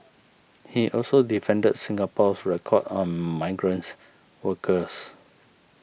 he also defended Singapore's record on migrants workers